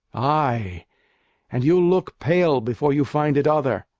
ay and you'll look pale before you find it other.